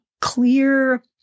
clear